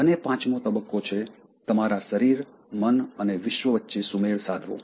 અને પાંચમો તબક્કો છે તમારા શરીર મન અને વિશ્વ વચ્ચે સુમેળ સાધવો